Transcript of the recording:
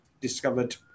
discovered